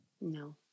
no